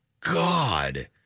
God